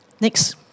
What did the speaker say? Next